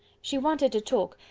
she wanted to talk,